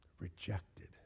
rejected